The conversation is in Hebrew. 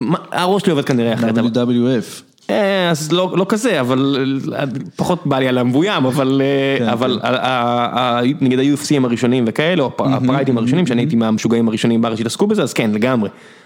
הראש שלי עובד כנראה אחרי דברי WF, אז לא כזה, פחות בא לי על המבוים, אבל נגד ה-UFCים הראשונים וכאלו, הפרייטים הראשונים שאני הייתי עם המשוגעים הראשונים בארץ שהתעסקו בזה, אז כן לגמרי.